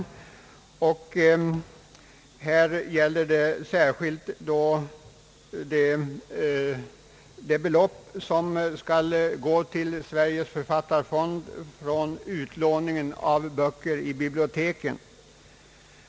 Nu gäller meningsskiljaktigheterna särskilt de belopp som skall gå till Sveriges författarfond för utlåning av böcker genom bibliotek.